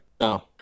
No